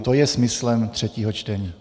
To je smyslem třetího čtení.